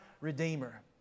redeemer